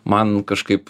man kažkaip